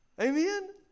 Amen